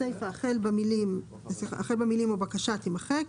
הסיפה החל במילים "או בקשה" תימחק,